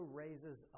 raises